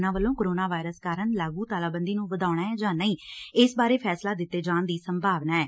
ਉਨ੍ਹਾਂ ਵੱਲੋਂ corona virus ਕਾਰਨ ਲਾਗੂ ਤਾਲਾਬੰਦੀ ਨੂੰ ਵਧਾਉਣਾ ਐ ਜਾਂ ਨਹੀਂ ਇਸ ਬਾਰੇ ਫੈਸਲਾ ਦਿੱਤੇ ਜਾਣ ਦੀ ਸੰਭਾਵਨਾ ਐ